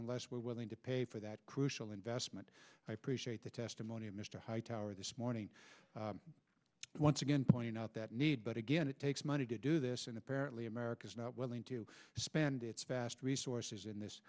unless we're willing to pay for that crucial investment i appreciate the testimony of mr hightower this morning once again pointing out that need but again it takes money to do this and apparently america is not willing to spend its vast resources in this